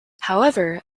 however